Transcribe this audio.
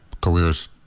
careers